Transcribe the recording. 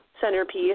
centerpiece